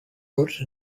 wrote